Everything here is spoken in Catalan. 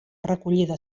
recollida